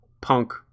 punk